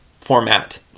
format